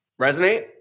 Resonate